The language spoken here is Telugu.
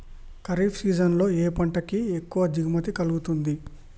ఖరీఫ్ సీజన్ లో ఏ పంట కి ఎక్కువ దిగుమతి కలుగుతుంది?